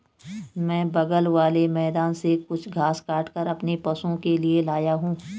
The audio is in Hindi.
मैं बगल वाले मैदान से कुछ घास काटकर अपने पशुओं के लिए लाया हूं